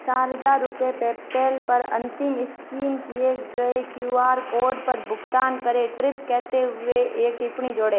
चार हजार रुपये पेपैल पर अंतिम स्कैन किए गए क्यू आर कोड पर भुगतान करें ट्रिप कहते हुए एक टिप्पणी जोड़ें